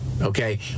okay